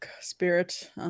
spirit